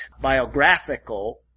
biographical